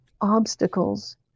obstacles